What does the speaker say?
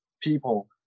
people